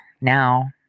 now